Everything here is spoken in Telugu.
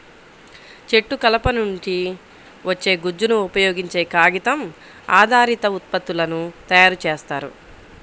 చెట్టు కలప నుంచి వచ్చే గుజ్జును ఉపయోగించే కాగితం ఆధారిత ఉత్పత్తులను తయారు చేస్తారు